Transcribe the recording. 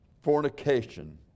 fornication